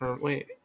Wait